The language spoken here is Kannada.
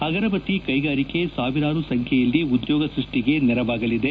ಅಗರಬತ್ತಿ ಕೈಗಾರಿಕೆ ಸಾವಿರಾರು ಸಂಬ್ಕೆಯಲ್ಲಿ ಉದ್ಯೋಗ ಸೃಷ್ಟಿಗೆ ನೆರವಾಗಲಿದೆ